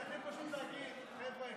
הכי פשוט להגיד: חבר'ה,